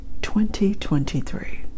2023